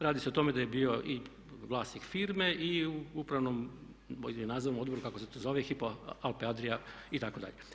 Radi se o tome da je bio i vlasnik firme i u Upravnom ili Nadzornom odboru kako se to zove Hypo alpe adria itd.